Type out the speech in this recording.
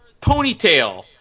ponytail